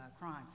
crimes